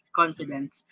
confidence